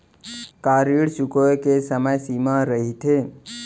का ऋण चुकोय के समय सीमा रहिथे?